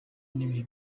n’ibihe